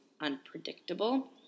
unpredictable